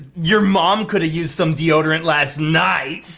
your mom could've used some deodorant last night.